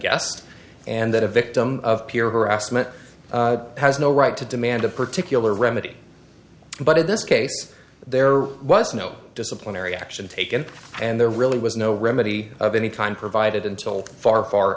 guessed and that a victim of peer harassment has no right to demand a particular remedy but in this case there was no disciplinary action taken and there really was no remedy of any kind provided until far far